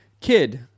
kid